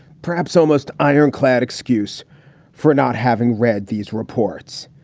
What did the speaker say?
perhaps almost ironclad excuse for not having read these reports.